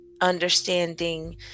understanding